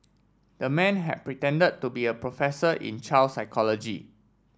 the man had pretended to be a professor in child psychology